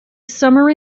summer